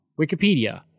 Wikipedia